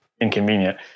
inconvenient